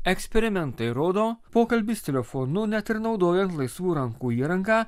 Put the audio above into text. eksperimentai rodo pokalbis telefonu net ir naudojant laisvų rankų įrangą